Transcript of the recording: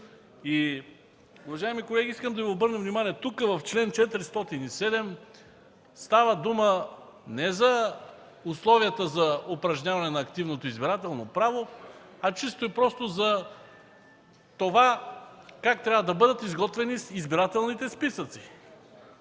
Уважаеми колеги, искам да Ви обърна внимание, че тук в чл. 407 става дума не за условията за упражняване на активното избирателно право, а чисто и просто за това как трябва да бъдат изготвени избирателните списъци.